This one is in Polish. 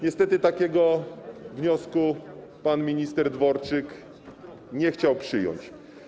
Niestety takiego wniosku pan minister Dworczyk nie chciał przyjąć.